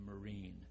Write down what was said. Marine